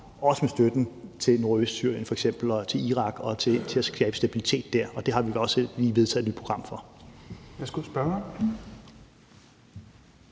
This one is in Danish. også med støtten til f.eks. Nordøstsyrien og Irak for at skabe stabilitet der, og det har vi også lige vedtaget et nyt program for.